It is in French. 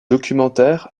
documentaire